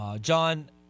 John